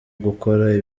gukora